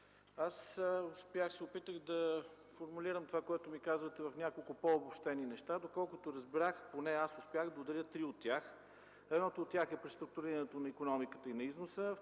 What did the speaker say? Аз се опитах да формулирам това, което ми казвате, в няколко по-обобщени неща. Доколкото разбрах, поне аз успях да отделя три от тях. Едното от тях е преструктурирането на икономиката и на износа.